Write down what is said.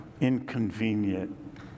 inconvenient